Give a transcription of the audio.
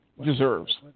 deserves